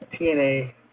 TNA